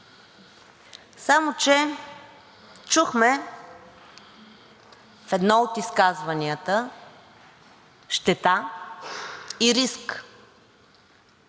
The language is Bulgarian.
Само че чухме в едно от изказванията щета и риск